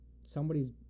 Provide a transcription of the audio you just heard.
somebody's